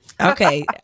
Okay